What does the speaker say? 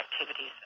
Activities